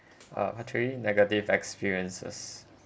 uh part three negative experiences